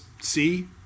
see